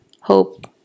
hope